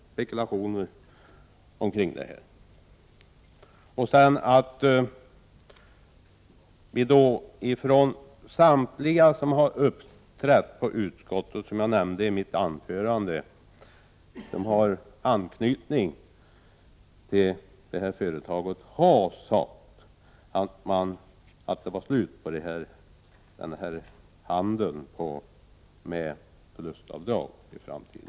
Som jag nämnde i mitt anförande har samtliga med anknytning till det här företaget som uppträtt inför utskottet sagt att det var slut med den här handeln med förlustavdrag.